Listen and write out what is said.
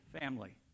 family